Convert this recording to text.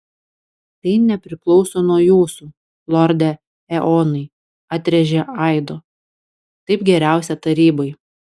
tai nepriklauso nuo jūsų lorde eonai atrėžė aido taip geriausia tarybai